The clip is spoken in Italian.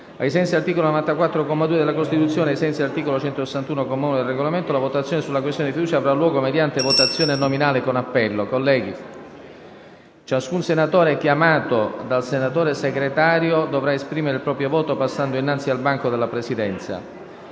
secondo comma, della Costituzione e ai sensi dell'articolo 161, comma 1, del Regolamento, la votazione sulla questione di fiducia avrà luogo mediante votazione nominale con appello. Ciascun senatore chiamato dal senatore Segretario dovrà esprimere il proprio voto passando innanzi al banco della Presidenza.